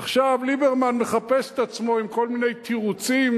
עכשיו ליברמן מחפש את עצמו עם כל מיני תירוצים